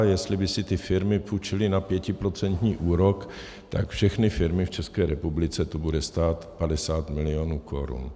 Jestli by si ty firmy půjčily na pětiprocentní úrok, tak všechny firmy v České republice to bude stát 50 milionů korun.